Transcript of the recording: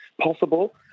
possible